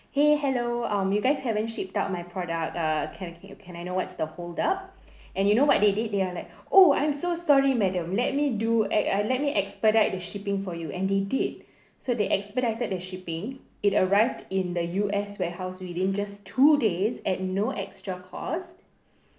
!hey! hello um you guys haven't shipped out my product uh can can can I know what's the hold up and you know what they did they are like oh I'm so sorry madam let me do ex~ uh let me expedite the shipping for you and they did so they expedited the shipping it arrived in the U_S warehouse within just two days at no extra cost